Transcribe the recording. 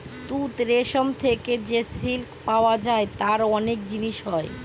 তুত রেশম থেকে যে সিল্ক পাওয়া যায় তার অনেক জিনিস হয়